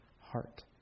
heart